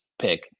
pick